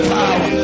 power